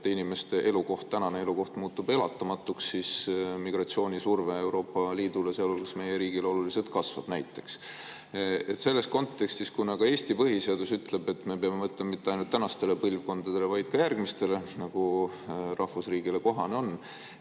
inimeste praegune elukoht muutub elatamatuks, siis migratsioonisurve Euroopa Liidule, sealhulgas meie riigile, oluliselt kasvab. Selles kontekstis, kuna ka Eesti põhiseadus ütleb, et me peame mõtlema mitte ainult tänastele põlvkondadele, vaid ka järgmistele, nagu rahvusriigile kohane on,